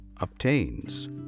obtains